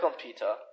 Peter